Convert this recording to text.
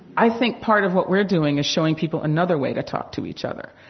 i think part of what we're doing is showing people another way to talk to each other.